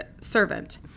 servant